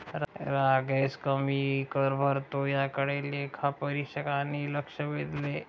राकेश कमी कर भरतो याकडे लेखापरीक्षकांनी लक्ष वेधले